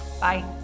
bye